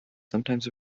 sometimes